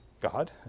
God